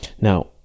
now